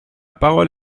parole